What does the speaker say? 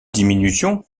diminution